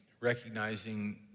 recognizing